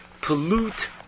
pollute